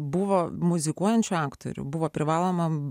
buvo muzikuojančių aktorių buvo privaloma